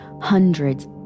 Hundreds